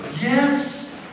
Yes